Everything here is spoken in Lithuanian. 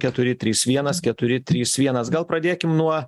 keturi trys vienas keturi trys vienas gal pradėkim nuo